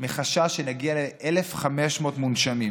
מחשש שנגיע ל-1,500 מונשמים,